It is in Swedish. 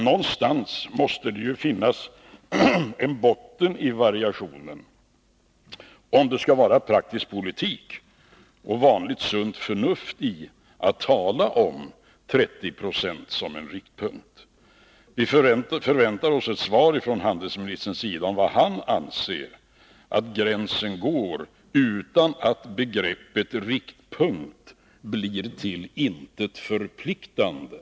Någonstans måste det finnas en botten för variationerna, om det skall vara praktisk politik och i enlighet med vanligt sunt förnuft att tala om 30 96 som en riktpunkt. Vi förväntar oss ett svar av handelsministern på frågan om var han anser att gränsen går utan att begreppet riktpunkt blir till intet förpliktande.